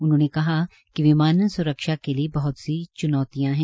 उन्होंने कहा कि विमानन स्रक्षा के लिए बहत सी चुनौतियां है